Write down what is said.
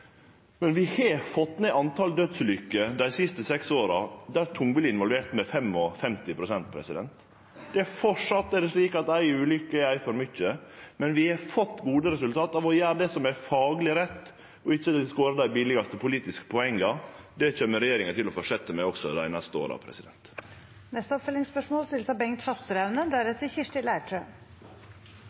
Vi har dei siste seks åra fått ned talet på dødsulykker der tungbil har vore involvert, med 55 pst. Det er framleis slik at ei ulykke er ei for mykje, men vi har fått gode resultat av å gjere det som er fagleg rett, og ikkje skåre dei billigaste politiske poenga – og det kjem regjeringa til å fortsetje med også dei neste åra.